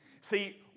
See